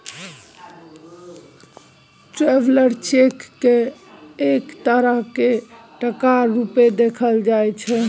traveller cheque केँ एक तरहक टका रुपेँ देखल जाइ छै